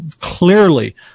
clearly